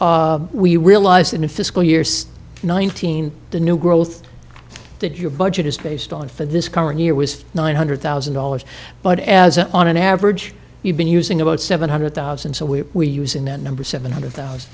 we realize in fiscal year nineteen the new growth that your budget is based on for this current year was nine hundred thousand dollars but as an on an average you've been using about seven hundred thousand so we use in that number seven hundred thousand